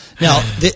Now